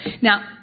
Now